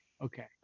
okay